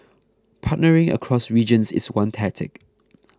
partnering across regions is one tactic